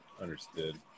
Understood